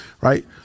right